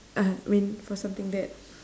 uh I mean for something that